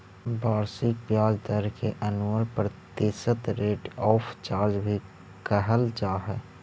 वार्षिक ब्याज दर के एनुअल प्रतिशत रेट ऑफ चार्ज भी कहल जा हई